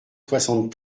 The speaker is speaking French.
soixante